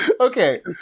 Okay